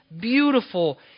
beautiful